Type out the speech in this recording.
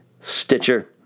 Stitcher